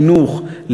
חינוך,